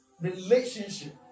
relationship